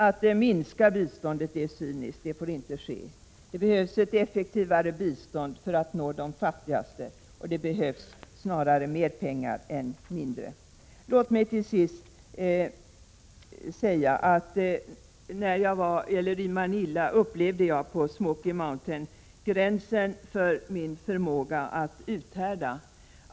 Att minska biståndet är cyniskt, det får inte ske. Det behövs ett effektivare bistånd för att nå de fattigaste, och det behövs snarare mer pengar än mindre. I Manila upplevde jag på Smokey Mountain gränsen för min förmåga att uthärda.